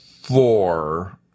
Four